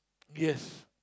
yes